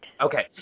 Okay